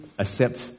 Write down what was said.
accept